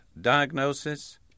diagnosis